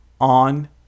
on